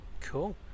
Cool